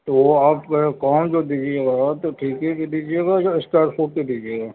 تو وہ آپ کون سا ڈگی کا منگاؤں تو ٹھیکے کی ڈگی کا یا اسٹارٹ اسپورٹس کی ڈگی گا